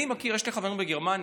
אני מכיר, יש לי חברים בגרמניה,